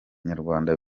nyarwanda